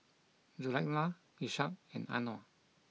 Zulaikha Ishak and Anuar